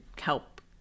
help